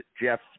Jeff